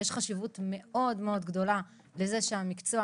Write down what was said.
יש חשיבות מאוד מאוד גדולה לזה שהמקצוע